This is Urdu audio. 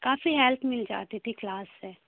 کافی ہیلپ مل جاتی تھی کلاس سے